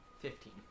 Fifteen